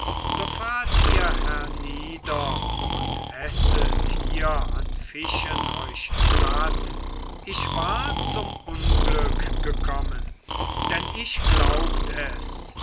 fahrt ihr hernieder und esset hier an fischen euch satt ich war zum unglück gekommen denn ich glaubt es